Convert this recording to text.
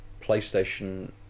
PlayStation